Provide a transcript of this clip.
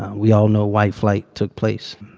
we all know white flight took place.